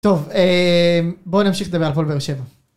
טוב, בואו נמשיך לדבר על הפועל באר שבע.